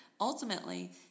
ultimately